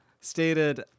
Stated